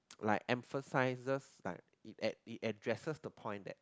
like emphasises like it ad~ it addresses the point that